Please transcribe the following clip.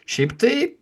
šiaip tai